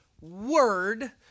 word